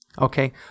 Okay